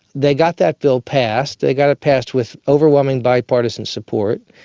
they got that bill passed, they got it passed with overwhelming bipartisan support,